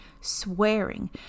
swearing